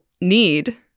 need